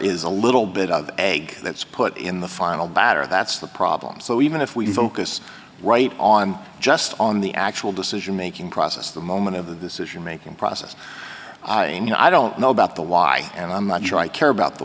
is a little bit of a let's put in the final matter that's the problem so even if we focus right on just on the actual decision making process the moment of this is your making process i mean i don't know about the why and i'm not sure i care about the